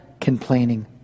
complaining